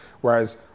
Whereas